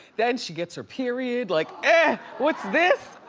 then she gets her period. like ah what's this?